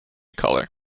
color